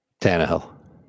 Tannehill